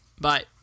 Bye